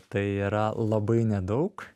tai yra labai nedaug